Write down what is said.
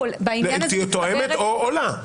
תואמת או עולה.